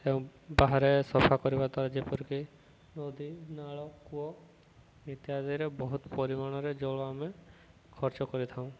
ଏବଂ ବାହାରେ ସଫା କରିବା ଦ୍ୱାରା ଯେପରିକି ନଦୀ ନାଳ କୂଅ ଇତ୍ୟାଦିରେ ବହୁତ ପରିମାଣରେ ଜଳ ଆମେ ଖର୍ଚ୍ଚ କରିଥାଉ